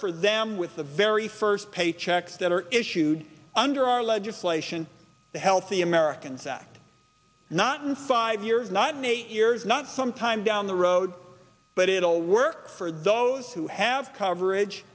for them with the very first paychecks that are issued under our legislation the healthy americans act not in five years not in eight years not sometimes down the road but it'll work for those who have coverage